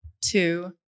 two